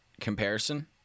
comparison